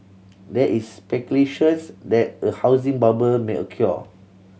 there is speculations that a housing bubble may occur